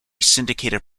syndicated